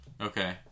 Okay